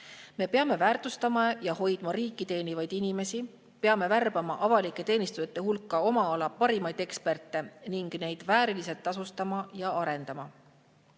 Me peame väärtustama ja hoidma riiki teenivaid inimesi. Peame värbama avalike teenistujate hulka oma ala parimaid eksperte ning neid vääriliselt tasustama ja arendama.